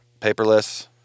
paperless